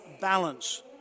balance